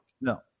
No